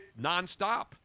nonstop